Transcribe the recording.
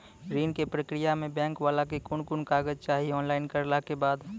ऋण के प्रक्रिया मे बैंक वाला के कुन कुन कागज चाही, ऑनलाइन करला के बाद?